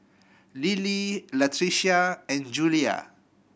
Lily Latricia and Julia